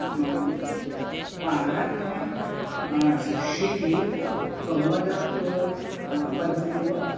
पादभ्यां स्थितिः कमलमिव पद्ममिव